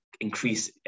increase